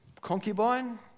concubine